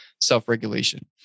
self-regulation